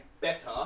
better